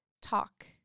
Talk